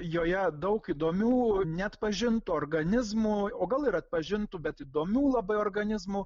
joje daug įdomių neatpažintų organizmų o gal ir atpažintų bet įdomių labai organizmų